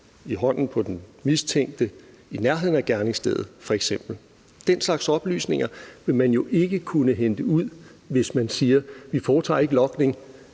i hånden på den mistænkte i nærheden af gerningsstedet, f.eks. Den slags oplysninger vil man jo ikke kunne hente ud, hvis man siger, at man ikke foretager logning,